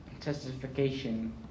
testification